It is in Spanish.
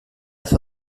hace